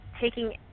taking